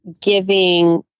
giving